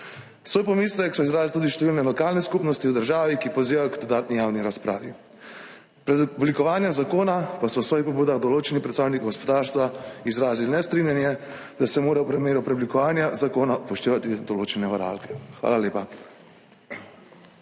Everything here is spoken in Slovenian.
Svoj pomislek so izrazili tudi številne lokalne skupnosti v državi, ki pozivajo k dodatni javni razpravi. Pred oblikovanjem zakona pa so v svojih pobudah določeni predstavniki gospodarstva izrazili nestrinjanje, da se mora v primeru preoblikovanja zakona upoštevati določene varovalke. Hvala lepa.